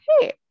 Hey